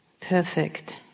perfect